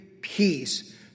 peace